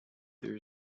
there